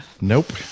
Nope